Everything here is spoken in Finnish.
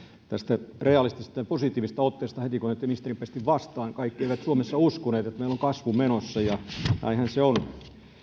tästä realistisesta ja positiivisesta otteesta heti kun otti ministerin pestin vastaan kaikki eivät suomessa uskoneet että meillä on kasvu menossa ja näinhän se on